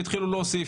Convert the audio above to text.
והתחילו להוסיף.